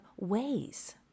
ways